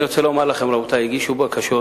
אני רוצה לומר לכם, רבותי, שהגישו בקשות.